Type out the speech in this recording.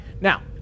Now